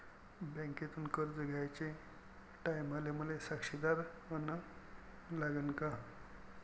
बँकेतून कर्ज घ्याचे टायमाले मले साक्षीदार अन लागन का?